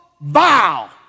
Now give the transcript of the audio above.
vow